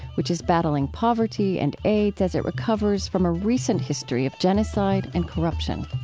which is battling poverty and aids as it recovers from a recent history of genocide and corruption